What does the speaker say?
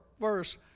verse